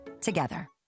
together